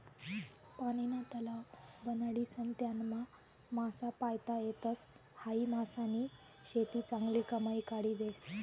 पानीना तलाव बनाडीसन त्यानामा मासा पायता येतस, हायी मासानी शेती चांगली कमाई काढी देस